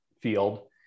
field